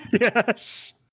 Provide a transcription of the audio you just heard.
Yes